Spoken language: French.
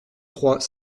trois